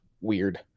weird